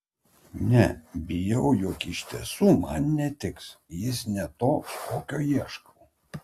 ne bijau jog iš tiesų man netiks jis ne toks kokio ieškau